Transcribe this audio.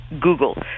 Google